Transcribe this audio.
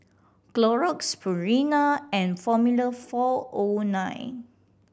Clorox Purina and Formula Four O Nine